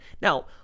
Now